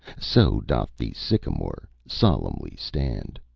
so doth the sycamore solemnly stand,